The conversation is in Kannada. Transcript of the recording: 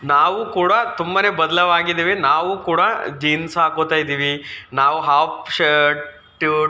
ನಾವು ಕೂಡ ತುಂಬಾ ಬದ್ಲಾವ್ ಆಗಿದ್ದೇವೆ ನಾವು ಕೂಡ ಜೀನ್ಸ್ ಹಾಕ್ಕೋತ ಇದ್ದೀವಿ ನಾವು ಹಾಫ್ ಶರ್ಟು